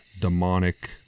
demonic